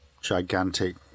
gigantic